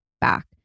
back